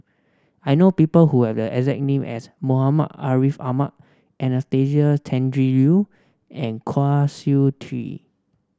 I know people who have the exact name as Muhammad Ariff Ahmad Anastasia Tjendri Liew and Kwa Siew Tee